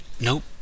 Nope